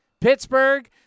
Pittsburgh